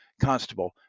Constable